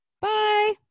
bye